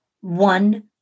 one